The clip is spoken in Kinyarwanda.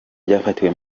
byafatiwe